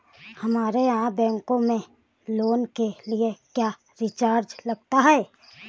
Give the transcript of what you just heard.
हमारे यहाँ बैंकों में लोन के लिए क्या चार्ज लगता है?